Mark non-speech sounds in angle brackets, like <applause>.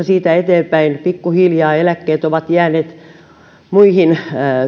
<unintelligible> siitä eteenpäin pikkuhiljaa eläkkeet ovat jääneet verrattuna muihin